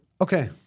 Okay